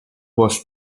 was